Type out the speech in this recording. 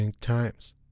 times